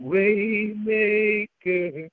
Waymaker